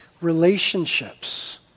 relationships